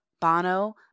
Bono